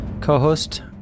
co-host